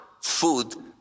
food